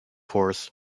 course